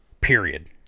Period